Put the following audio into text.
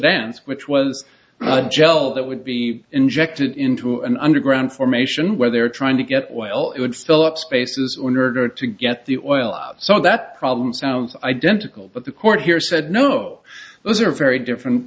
dense which was a gel that would be injected into an underground formation where they were trying to get oil it would still up spaces order to get the oil out so that problem sounds identical but the court here said no those are very different